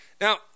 Now